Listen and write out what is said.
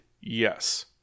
Yes